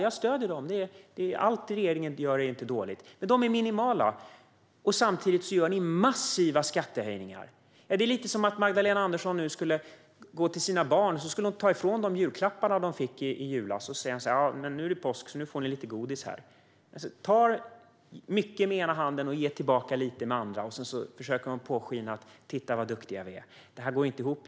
Jag stöder dem; allt som regeringen gör är inte dåligt. Men dessa skattesänkningar är minimala, samtidigt som ni gör massiva skattehöjningar. Det är lite som om Magdalena Andersson skulle gå till sina barn och ta ifrån dem julklapparna de fick i julas och sedan säga att nu är det påsk, så nu får ni lite godis. Hon tar mycket med den ena handen och ger tillbaka lite med den andra, och så försöker hon påskina att hon är så duktig. Det här går inte ihop.